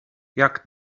jak